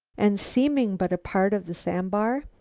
and seeming but a part of the sandbar?